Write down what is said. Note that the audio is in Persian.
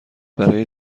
برای